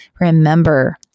remember